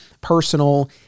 personal